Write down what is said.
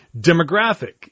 demographic